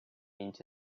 into